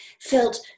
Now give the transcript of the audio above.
felt